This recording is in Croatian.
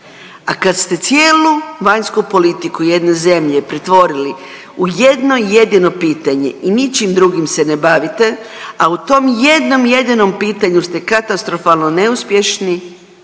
a kad se cijelu vanjsku politiku jedne zemlje pretvorili u jedno jedino pitanje i ničim drugim se ne bavite, a u tom jednom jedinom pitanju ste katastrofalno neuspješni,